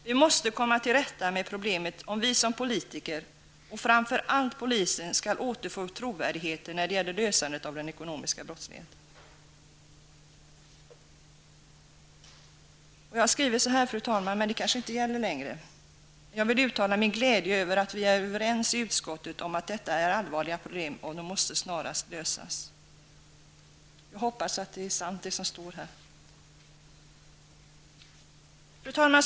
Vi måste komma till rätta med problemet om vi som politiker, och framför allt polisen, skall återfå trovärdigheten när det gäller bekämpandet av den ekonomiska brottsligheten. Jag har skrivit så här, fru talman, men det kanske inte gäller längre: Jag vill uttala min glädje över att vi är överens i utskottet om att detta är allvarliga problem och att de snarast måste lösas. Jag hoppas att det som står här i mitt manus är sant. Fru talman!